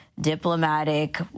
diplomatic